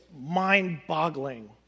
mind-boggling